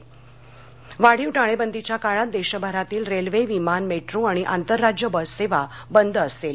orange zone वाढीव टाळेबंदीच्या काळात देशभरातील रेल्वे विमान मेट्रो आणि आंतरराज्य बससेवा बंद असेल